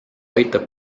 aitab